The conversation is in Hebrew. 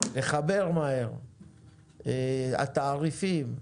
לחבר מהרף התעריפים ואומץ.